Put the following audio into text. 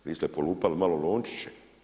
Vi ste polupali malo lončiće.